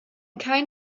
kein